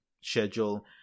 schedule